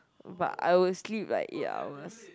but I will sleep like eight hours